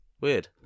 Weird